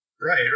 Right